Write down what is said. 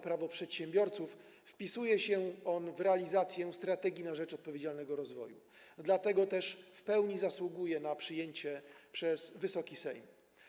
Prawo przedsiębiorców oraz wpisuje się w realizację „Strategii na rzecz odpowiedzialnego rozwoju”, dlatego też w pełni zasługuje na przyjęcie przez Wysoki Sejm.